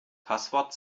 passwort